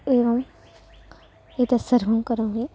एवम् एतत्सर्वं करोमि